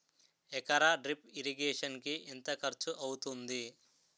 ఎకర drip irrigation కి ఎంత ఖర్చు అవుతుంది?